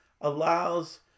allows